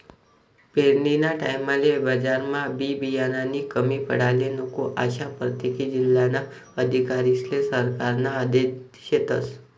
पेरनीना टाईमले बजारमा बी बियानानी कमी पडाले नको, आशा परतेक जिल्हाना अधिकारीस्ले सरकारना आदेश शेतस